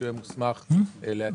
יהיה מוסמך להציג.